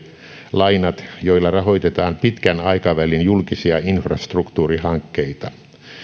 lainat joilla rahoitetaan pitkän aikavälin julkisia infrastruktuurihankkeita